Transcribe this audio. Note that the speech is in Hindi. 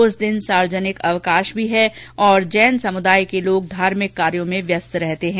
उस दिन सार्वजनिक अवकाश भी है और जैन समुदाय के लोग धार्मिक कार्यों में व्यस्त रहते हैं